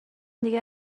دیگه